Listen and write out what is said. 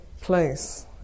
place